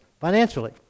financially